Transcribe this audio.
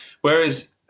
Whereas